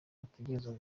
bategerezwa